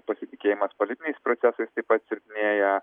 pasitikėjimas politiniais procesais taip pat silpnėja